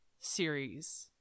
series